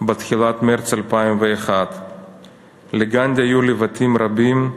בתחילת מרס 2001. לגנדי היו לבטים רבים,